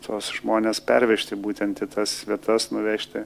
tuos žmones pervežti būtent į tas vietas nuvežti